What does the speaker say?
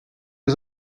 les